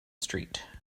street